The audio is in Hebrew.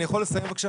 אני מבקש לסיים.